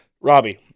Robbie